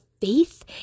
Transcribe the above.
faith